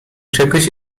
czegoś